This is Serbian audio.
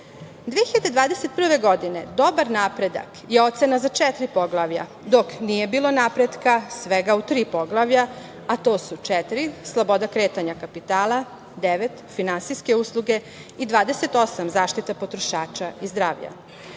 2021. „dobar napredak“ je ocena za četiri poglavlja, dok nije bilo napretka svega u tri poglavlja, a to su 4 – sloboda kretanja kapitala, 9 – finansijske usluge i 28 – zaštita potrošača i zdravlja.